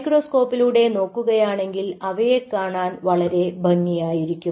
മൈക്രോസ്കോപ്പിലൂടെ നോക്കുകയാണെങ്കിൽ അവയെ കാണാൻ വളരെ ഭംഗിയായിരിക്കും